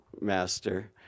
master